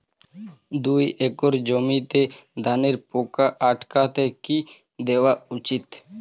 দুই একর জমিতে ধানের পোকা আটকাতে কি দেওয়া উচিৎ?